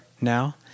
now